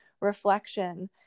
reflection